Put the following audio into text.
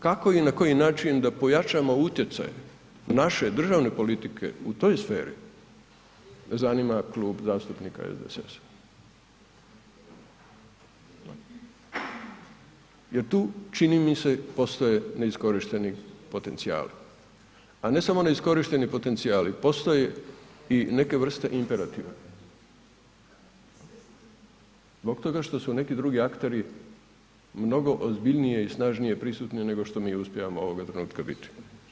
Kako i na koji način da pojačamo utjecaj naše državne politike u toj sferi zanima Klub zastupnika SDSS-a jer tu čini mi se postoje neiskorišteni potencijali, a ne samo neiskorišteni potencijali, postoje i neke vrste imperativa, zbog toga što su su neki drugi akteri mnogo ozbiljnije i snažnije prisutni nego što mi uspijevamo ovoga trenutka biti.